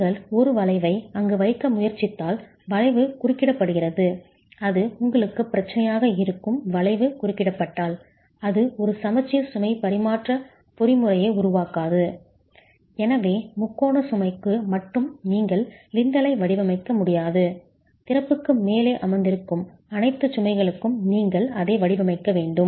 நீங்கள் ஒரு வளைவை அங்கு வைக்க முயற்சித்தால் வளைவு குறுக்கிடப்படுகிறது அது உங்களுக்கு பிரச்சனையாக இருக்கும் வளைவு குறுக்கிடப்பட்டால் அது ஒரு சமச்சீர் சுமை பரிமாற்ற பொறிமுறையை உருவாக்காது எனவே முக்கோண சுமைக்கு மட்டும் நீங்கள் லிண்டலை வடிவமைக்க முடியாது திறப்புக்கு மேலே அமர்ந்திருக்கும் அனைத்து சுமைகளுக்கும் நீங்கள் அதை வடிவமைக்க வேண்டும்